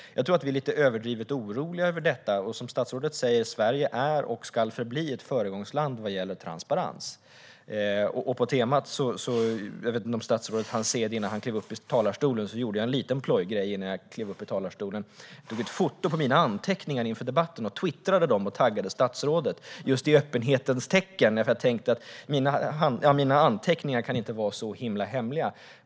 Jag tror att vi är lite överdrivet oroliga över detta. Som statsrådet säger är Sverige ett föregångsland när det gäller transparens och ska så förbli. Jag vet inte om statsrådet hann se det innan han klev upp i talarstolen, men på det temat gjorde jag en liten plojgrej och tog ett foto på mina anteckningar inför debatten, twittrade dem och taggade statsrådet, just i öppenhetens tecken. Jag tänkte att mina anteckningar inte kan vara så himla hemliga.